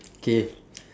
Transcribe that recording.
K